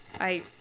I-